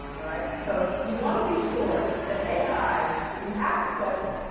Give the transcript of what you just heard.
alright? so you want to be sure that ai, that you ask the question,